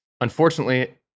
unfortunately